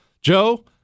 Joe